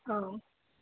औ